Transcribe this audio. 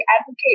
advocate